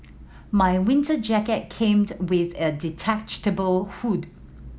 my winter jacket came with a detachable hood